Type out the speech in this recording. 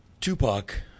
Tupac